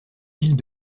villes